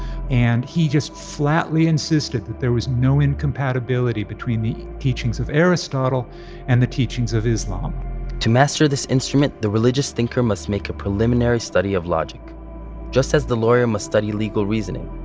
and he just flatly insisted that there was no incompatibility between the teachings of aristotle and the teachings of islam to master this instrument, the religious thinker must make a preliminary study of logic just as the lawyer must study legal reasoning.